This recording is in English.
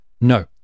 no